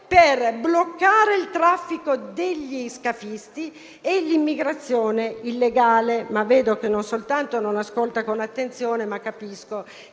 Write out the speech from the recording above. per bloccare il traffico degli scafisti e l'immigrazione illegale. Non soltanto non ascolta con attenzione, Ministro,